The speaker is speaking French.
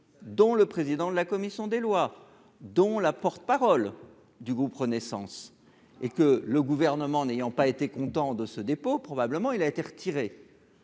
dont le président de la commission des lois dont la porte-parole du groupe Renaissance et que le gouvernement n'ayant pas été content de ce dépôt, probablement, il a été retiré